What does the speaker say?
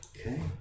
Okay